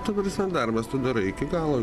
ta prasme darbas tu darai iki galo